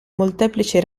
molteplici